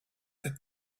that